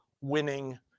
winning